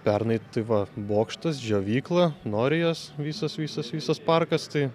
pernai tai va bokštas džiovykla norijos visas visas visas parkas tai